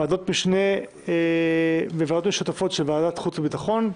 ועדות משנה וועדות משותפות של ועדת החוץ והביטחון: